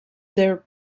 their